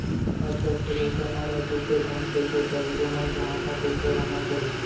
आज कल के लइका मन ला तुरते ताही पइसा चाही ओमन के हाथ म पइसा रहना चाही